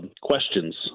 questions